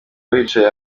wicaye